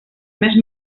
més